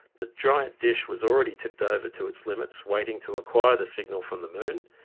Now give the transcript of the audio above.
the giant dish was already tipped over to its limits waiting to acquire the signal from the moon,